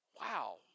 wow